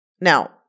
Now